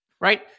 Right